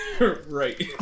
Right